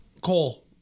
Cole